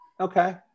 Okay